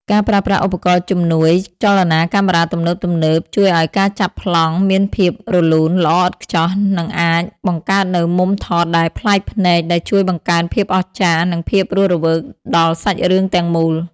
ការប្រើប្រាស់ឧបករណ៍ជំនួយចលនាកាមេរ៉ាទំនើបៗ ជួយឱ្យការចាប់ប្លង់មានភាពរលូនល្អឥតខ្ចោះ និងអាចបង្កើតនូវមុំថតដែលប្លែកភ្នែក ដែលជួយបង្កើនភាពអស្ចារ្យ និងភាពរស់រវើកដល់សាច់រឿងទាំងមូល។